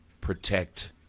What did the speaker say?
protect